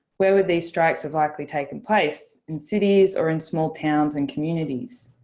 where were these strikes have likely taken place? in cities or in small towns and communities.